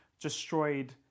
destroyed